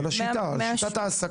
אלא על שיטת ההעסקה.